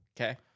Okay